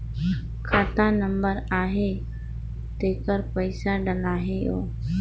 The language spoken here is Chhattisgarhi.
खाता नंबर आही तेकर पइसा डलहीओ?